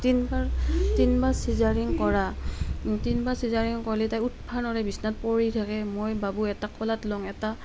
তিনিবাৰ তিনিবাৰ চিজাৰিং কৰা তিনিবাৰ চিজাৰিং কৰলি তাই উঠিব নোৱাৰে বিচনাত পৰি থাকে মই বাবুক এটাক কোলাত লওঁ এটাক